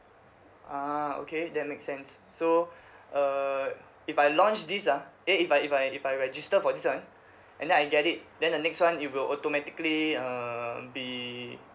ah okay that makes sense so err if I launch this ah eh if I if I if I register for this one and then I get it then the next one it will automatically uh be